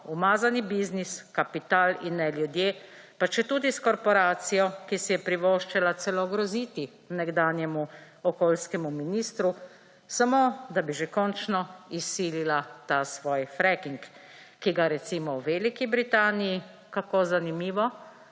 umazani biznis, kapital in ne ljudje, pa četudi s korporacijo, ki si je privoščila celo groziti nekdanjemu okoljskemu ministru samo, da bi že končno izsilila ta svoj fracking, ki ga recimo v Veliki Britaniji, kako zanimivo,